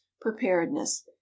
preparedness